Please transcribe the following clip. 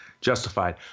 justified